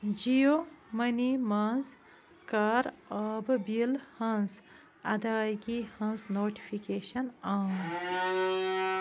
جِیو موٚنی منٛز کَر آبہٕ بِل ہنٛز ادٲیگی ہنٛز نوٹِفِکیشن آن